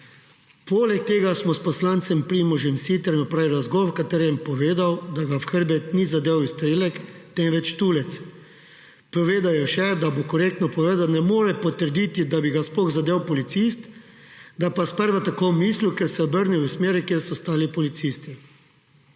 Poleg tega smo s poslancem Primožem Siterjem opravili razgovor, v katerem je povedal, da ga v hrbet ni zadel izstrelek, temveč tulec. Povedal je še, da ne more potrditi, da bi ga sploh zadel policist, da pa je sprva tako mislil, ker se je obrnil v smeri, kjer so stali policisti.